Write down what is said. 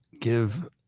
give